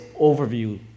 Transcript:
overview